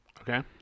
Okay